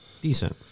decent